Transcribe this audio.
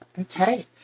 Okay